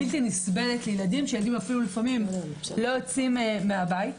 בלתי נסבלת לילדים שלפעמים לא יוצאים מהבית.